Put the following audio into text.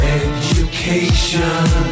education